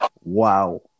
Wow